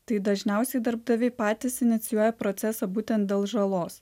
tai dažniausiai darbdaviai patys inicijuoja procesą būtent dėl žalos